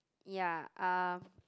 ya um